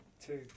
two